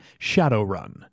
Shadowrun